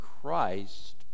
Christ